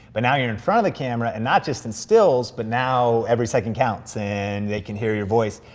but now you're in front of the camera, and not just in stills, but now every second counts and they can hear your voice.